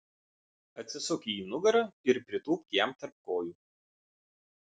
atsisuk į jį nugara ir pritūpk jam tarp kojų